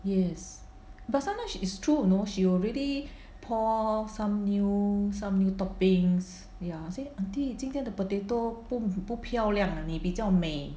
yes but sometimes it's true you know she already pour some new some new toppings ya say aunty 今天的 potato 不不漂亮你比较美